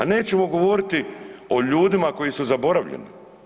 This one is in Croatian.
Nećemo govoriti o ljudima koji su zaboravljeni.